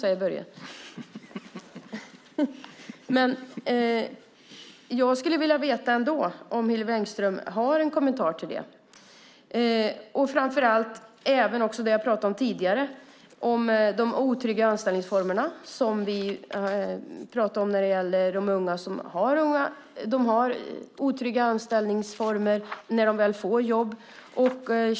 Nåväl, jag skulle ändå vilja veta om Hillevi Engström har en kommentar till det och till det jag pratade om tidigare, nämligen de otrygga anställningsformerna. De unga har otrygga anställningsformer när de väl får jobb.